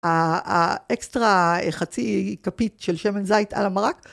האקסטרה חצי כפית של שמן זית על המרק.